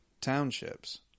townships